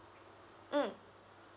mm